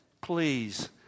Please